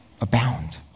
abound